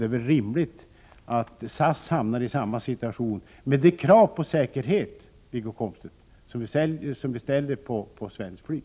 Det är rimligt att SAS hamnar i samma situation, med de krav på säkerhet, Wiggo Komstedt, som vi ställer på svenskt flyg.